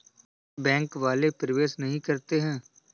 Bank वाले प्रवेश नहीं करते हैं?